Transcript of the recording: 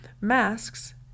masks